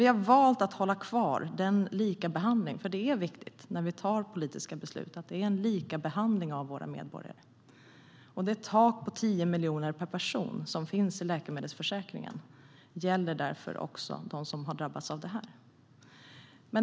Vi har dock valt att hålla kvar likabehandlingen, och det tak på 10 miljoner per person som finns i läkemedelsförsäkringen gäller därför också dem som har drabbats av det här. Det är nämligen viktigt när vi tar politiska beslut att det är en likabehandling av våra medborgare.